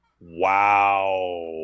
Wow